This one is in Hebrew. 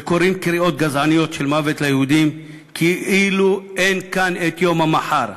וקוראים קריאות גזעניות של "מוות ליהודים" כאילו אין כאן יום המחר.